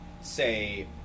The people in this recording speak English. say